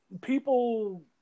people